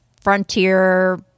Frontier